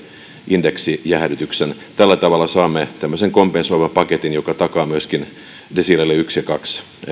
indeksin jäädytyksen tällä tavalla saamme tällaisen kompensoivan paketin joka takaa myöskin desiileille yksi ja kahden